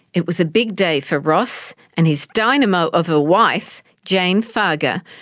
it was a big day for ross and his dynamo of a wife, jane fargher,